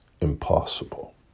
impossible